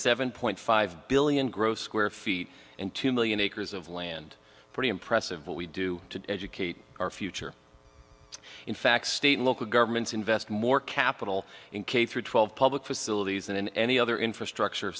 seven point five billion gross square feet and two million acres of land pretty impressive what we do to educate our future in fact state and local governments invest more capital in k through twelve public facilities than any other infrastructure